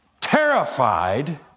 terrified